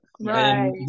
Right